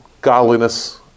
godliness